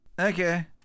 Okay